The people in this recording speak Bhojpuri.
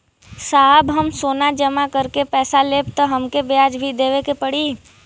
साहब हम सोना जमा करके पैसा लेब त हमके ब्याज भी देवे के पड़ी?